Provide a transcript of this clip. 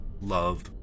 love